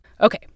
Okay